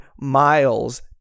Miles